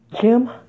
Jim